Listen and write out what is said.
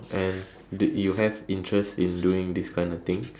and d~ you have interest in doing this kind of thing